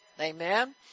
Amen